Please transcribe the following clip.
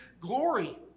glory